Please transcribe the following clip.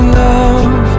love